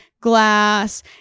glass